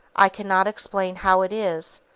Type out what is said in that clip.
i cannot explain how it is,